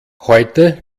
heute